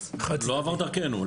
זה לא עבר דרכנו,